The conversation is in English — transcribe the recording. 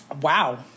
wow